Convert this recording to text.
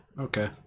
Okay